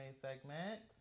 segment